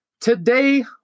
Today